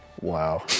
Wow